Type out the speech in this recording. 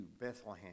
Bethlehem